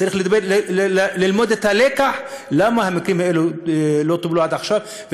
צריך ללמוד את הלקח למה המקרים האלה לא טופלו עד עכשיו,